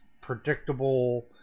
predictable